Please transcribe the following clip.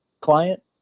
client